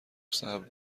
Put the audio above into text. صبر